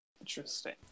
Interesting